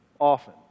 often